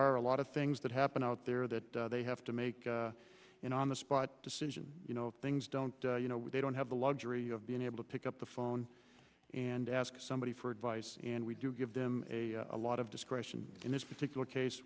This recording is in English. are a lot of things that happen out there that they have to make in on the spot decision you know things don't you know they don't have the luxury of being able to pick up the phone and ask somebody for advice and we do give them a lot of discretion in this particular case